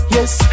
Yes